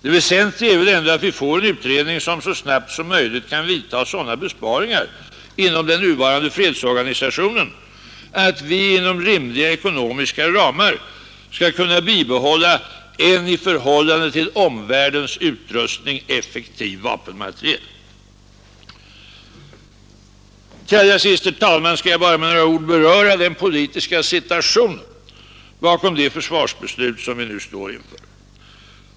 Det väsentliga är väl ändå att vi får en utredning som så snabbt som möjligt kan vidta sådana besparingar inom den nuvarande fredsorganisationen att vi inom rimliga ekonomiska ramar skall kunna bibehålla en i jämförelse med omvärldens utrustning effektiv vapenmateriel. Till sist, herr talman, skall jag med bara några ord beröra den politiska situationen bakom det försvarsbeslut vi nu står inför.